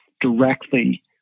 directly